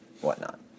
whatnot